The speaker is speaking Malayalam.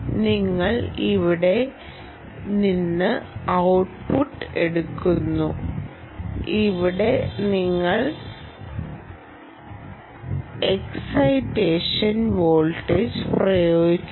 നിങ്ങൾ ഇവിടെ നിന്ന് ഔട്ട്പുട്ട് എടുക്കുന്നു ഇവിടെ നിങ്ങൾ എക്സൈറ്റേഷൻ വോൾട്ടേജ് പ്രയോഗിക്കുന്നു